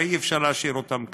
הרי אי-אפשר להשאיר אותם כך.